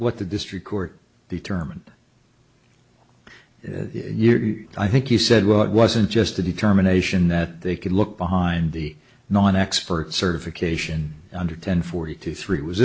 what the district court determined this year i think you said well it wasn't just a determination that they could look behind the non expert certification under ten forty two three was